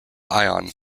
ion